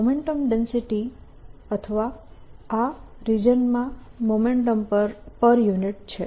આ momentum density અથવા આ રિજનમાં મોમેન્ટમ પર યુનિટ છે